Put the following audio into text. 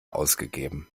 ausgegeben